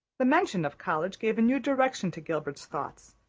the mention of college gave a new direction to gilbert's thoughts,